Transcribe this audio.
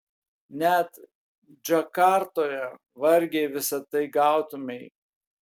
net džakartoje vargiai visa tai gautumei